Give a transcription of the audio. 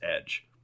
Edge